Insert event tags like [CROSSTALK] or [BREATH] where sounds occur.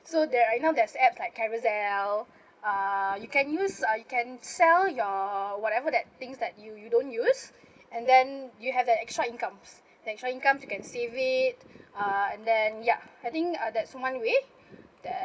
so there right now there's apps like Carousell uh you can use uh you can sell your whatever that things that you you don't use [BREATH] and then you have that extra incomes extra income you can save it [BREATH] uh and then ya I think uh that's one way that